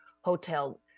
hotel